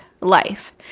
life